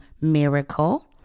miracle